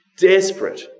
Desperate